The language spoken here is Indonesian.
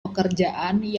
pekerjaan